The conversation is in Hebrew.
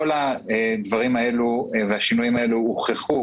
כל השינויים האלה הוכחו